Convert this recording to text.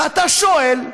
ואתה שואל: